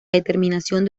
determinación